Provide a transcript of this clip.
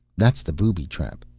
that's the booby trap.